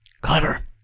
Clever